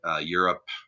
Europe